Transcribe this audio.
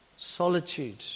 solitude